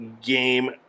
game